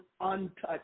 untouched